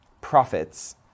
prophets